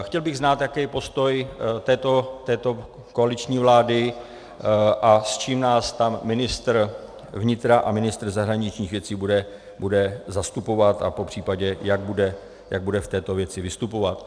Chtěl bych znát, jaký je postoj této koaliční vlády a s čím nás tam ministr vnitra a ministr zahraničních věcí bude zastupovat a popřípadě, jak bude v této věci vystupovat.